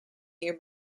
near